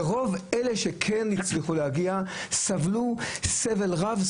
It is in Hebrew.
ורוב אלה שכן הצליחו להגיע סבלו סבל רב.